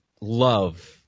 love